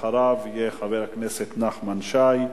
אחריו יהיה חבר הכנסת נחמן שי,